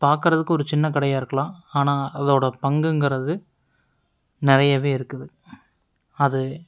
பார்க்கறதுக்கு ஒரு சின்ன கடையாக இருக்கலாம் ஆனால் அதோடய பங்குங்கிறது நிறையவே இருக்குது அது